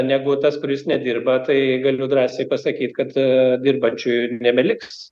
negu tas kuris nedirba tai galiu drąsiai pasakyt kad dirbančiųjų nebeliks